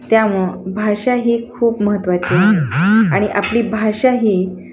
त्यामु भाषा ही खूप महत्त्वाची आहे आणि आपली भाषा ही